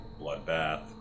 bloodbath